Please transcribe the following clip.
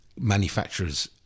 manufacturers